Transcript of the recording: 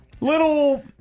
little